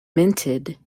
minted